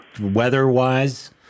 weather-wise